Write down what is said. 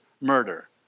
murder